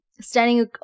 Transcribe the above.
standing